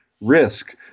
risk